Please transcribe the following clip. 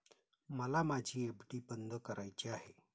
मला माझी एफ.डी बंद करायची आहे